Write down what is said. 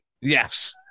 Yes